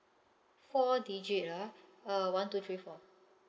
four digit ah uh one two three four